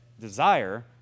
desire